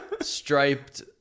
striped